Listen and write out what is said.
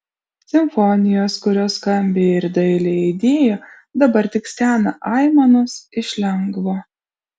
simfonijos kurios skambiai ir dailiai aidėjo dabar tik stena aimanos iš lengvo